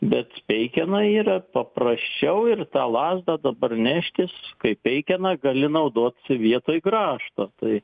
bet peikena yra paprasčiau ir tą lazdą dabar neštis kai peikena gali naudot vietoj grąžto tai